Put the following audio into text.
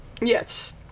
Yes